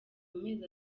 mezi